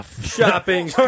Shopping